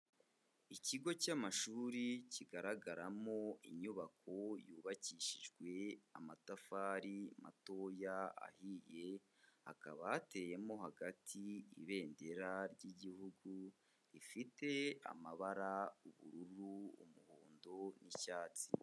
Ikigo cy'amashuri kigaragaramo inyubako yubakishijwe amatafari matoya ahiye, hakaba hateyemo hagati ibendera ry'igihugu, rifite amabara ubururu, umuhondo n'icyatsi.